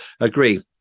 agree